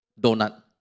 donut